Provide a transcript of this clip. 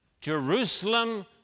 Jerusalem